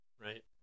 Right